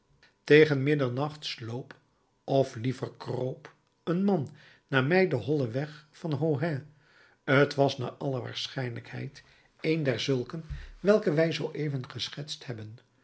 tegen middernacht sloop of liever kroop een man nabij den hollen weg van ohain t was naar alle waarschijnlijkheid een derzulken welke wij zooeven geschetst hebben